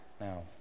Now